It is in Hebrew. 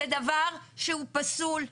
זה דבר שהוא פסול,